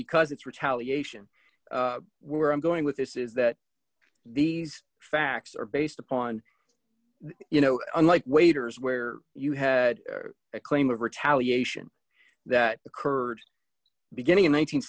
because it's retaliation where i'm going with this is that these facts are based upon you know unlike waiters where you had a claim of retaliation that occurred beginning in